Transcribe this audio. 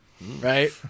Right